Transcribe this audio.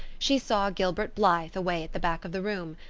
she saw gilbert blythe away at the back of the room,